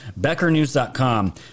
BeckerNews.com